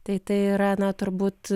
tai tai yra na turbūt